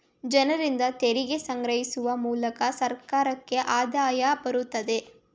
ಜನರಿಂದ ತೆರಿಗೆ ಸಂಗ್ರಹಿಸುವ ಮೂಲಕ ಸರ್ಕಾರಕ್ಕೆ ಆದಾಯ ಬರುತ್ತದೆ